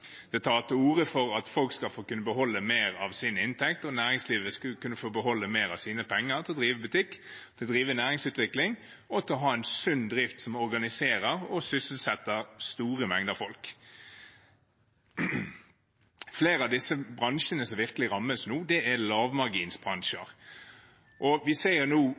Det tar til orde for at folk skal kunne få beholde mer av sin inntekt og for at næringslivet skal kunne få beholde mer av sine penger til å drive butikk og næringsutvikling og til å ha en sunn drift som organiserer og sysselsetter store mengder folk. Flere av de bransjene som virkelig rammes nå, er lavmarginsbransjer. Vi ser at man innenfor transportnæringen og innenfor kystfisket på Sørlandet nå